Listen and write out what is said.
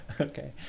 Okay